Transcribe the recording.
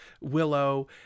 Willow